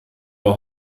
der